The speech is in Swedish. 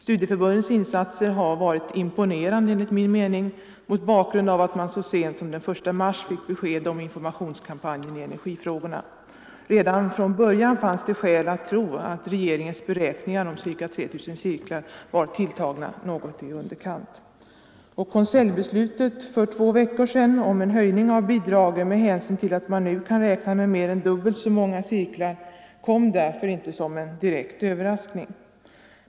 Studieförbundens insatser har enligt min mening varit imponerande mot bakgrund av att man så sent som den 1 mars fick besked om informationskampanjen i energifrågorna. Redan från början fanns det skäl att tro att regeringens beräkningar om ca 3 000 cirklar var tilltagna något i underkant. Konseljbeslutet för två veckor sedan om en höjning av bidragen med hänsyn till att man nu kan räkna med mer än dubbelt så många cirklar kom därför inte som någon direkt överraskning.